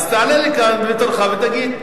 אז תעלה לכאן בתורך ותגיד.